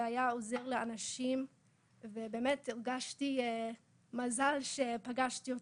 שהיה עוזר לאנשים ובאמת הרגשתי מזל שפגשתי אותו.